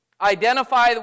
identify